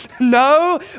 no